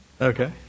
Okay